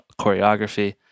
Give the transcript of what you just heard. choreography